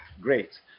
great